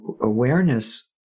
Awareness